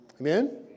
Amen